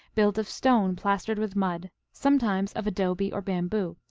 built of stone plastered with mud, sometimes of adobe or bamboo,